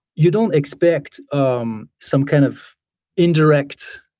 you don't expect um some kind of indirect